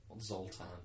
Zoltan